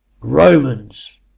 Romans